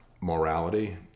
morality